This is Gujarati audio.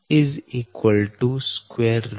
daa